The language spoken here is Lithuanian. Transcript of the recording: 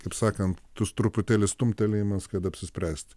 kaip sakant tas truputėlį stumtelėjimas kad apsispręsti